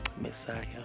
Messiah